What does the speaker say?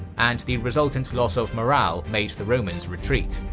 and the resultant loss of morale made the romans retreat.